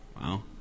Wow